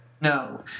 No